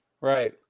Right